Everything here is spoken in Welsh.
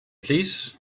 plîs